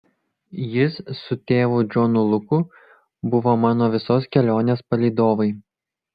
jis su tėvu džonu luku buvo mano visos kelionės palydovai